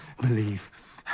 believe